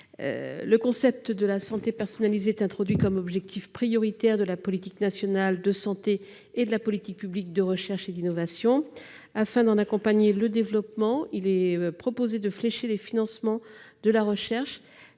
Le concept de la « santé personnalisée » est introduit comme objectif prioritaire de la politique nationale de santé et de la politique publique de recherche et d'innovation. Afin d'en accompagner le développement, il est proposé de flécher les financements de la recherche